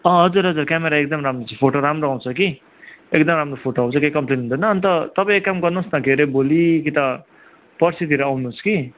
हजुर हजुर क्यामरा एकदम राम्रो छ फोटो राम्रो आउँछ कि एकदम राम्रो फोटो आउँछ केही कम्प्लेन हुँदैन अन्त तपाईँ एक काम गर्नु होस् न के हरे भोलि कि त पर्सितिर आउनु होस् कि